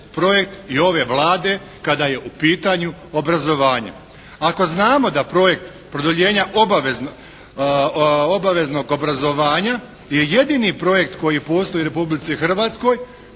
i ove Vlade kada je u pitanju obrazovanje. Ako znamo da projekt produljenja obaveznog obrazovanja je jedini projekt koji postoji u Republici Hrvatskoj